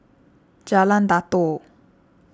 Jalan Datoh